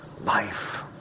life